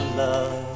love